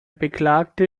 beklagte